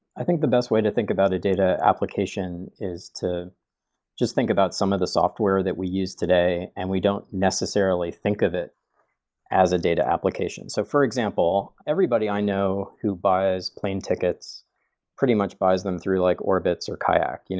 i think the best way to think about a data application is to just think about some of the software that we use today and we don't necessarily think of it as a data application. so for example, everybody i know who buys plane tickets pretty much buys them through like orbitz or kayak. you know